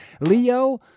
Leo